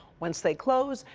once they close,